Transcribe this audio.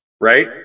right